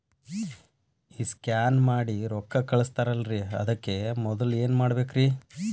ಈ ಸ್ಕ್ಯಾನ್ ಮಾಡಿ ರೊಕ್ಕ ಕಳಸ್ತಾರಲ್ರಿ ಅದಕ್ಕೆ ಮೊದಲ ಏನ್ ಮಾಡ್ಬೇಕ್ರಿ?